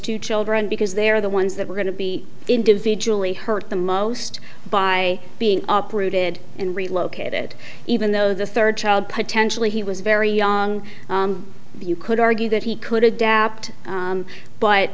two children because they're the ones that were going to be individually hurt the most by being uprooted and relocated even though the third child potentially he was very young you could argue that he could adapt